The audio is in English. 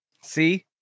See